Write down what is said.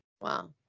Wow